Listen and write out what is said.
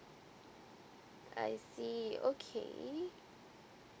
I see okay